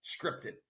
scripted